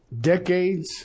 decades